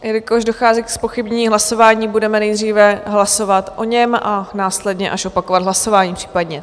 Jelikož dochází ke zpochybnění hlasování, budeme nejdříve hlasovat o něm a následně až opakovat hlasování případně.